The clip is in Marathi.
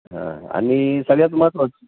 हा आणि सगळ्यात महत्त्वाचं